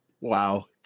Wow